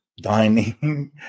dining